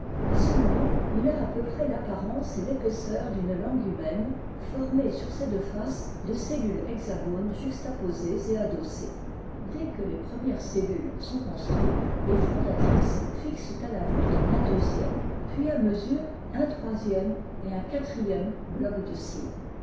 a ce mon il a à peu près l'apparence et l'épaisseur d langue humaine formée sur ses deux fac la fondation de cellule hexagones juxtaposées et adossées dès que les premières cellules sont construites les fondatrices fixent h la voûte un deuxième puis à mesure un troisième et un quatrième bloc de cire